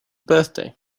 birthday